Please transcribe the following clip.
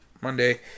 Monday